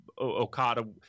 Okada